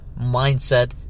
mindset